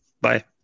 Bye